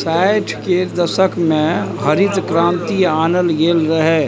साठि केर दशक मे हरित क्रांति आनल गेल रहय